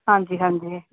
ਹਾਂਜੀ ਹਾਂਜੀ